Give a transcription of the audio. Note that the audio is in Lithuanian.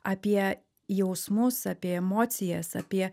apie jausmus apie emocijas apie